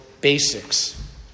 basics